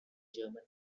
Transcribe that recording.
german